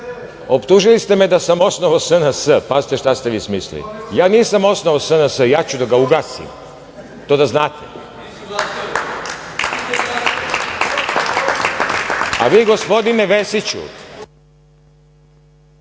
optužili ste me da sam osnovao SNS. Pazite šta ste vi smislili. Ja nisam osnovao SNS. Ja ću da ga ugasim. To da znate, a vi, gospodine Vesiću…